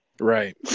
Right